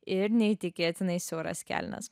ir neįtikėtinai siauras kelnes